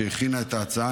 שהכינה את ההצעה,